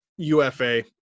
UFA